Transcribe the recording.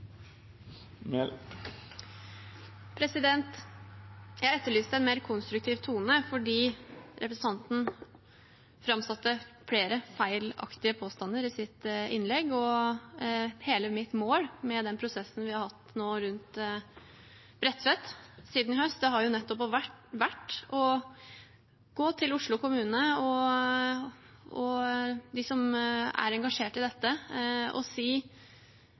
Jeg etterlyste en mer konstruktiv tone fordi representanten framsatte flere feilaktige påstander i sitt innlegg. Hele mitt mål med den prosessen vi har hatt nå rundt Bredtvet siden i høst, har nettopp vært å gå til Oslo kommune og dem som er engasjert i dette og